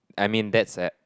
I'm in that's a